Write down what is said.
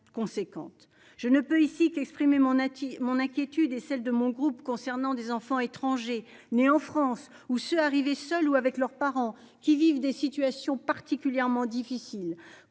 Je ne peux ici qu'exprimer mon à mon inquiétude et celle de mon groupe concernant des enfants étrangers nés en France où se arrivés seuls ou avec leurs parents qui vivent des situations particulièrement difficiles